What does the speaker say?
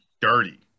dirty